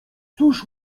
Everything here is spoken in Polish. cóż